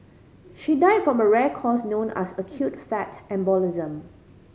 she died from a rare cause known as acute fat embolism